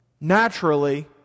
naturally